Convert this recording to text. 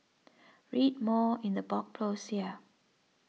read more in the blog post here